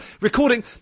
recording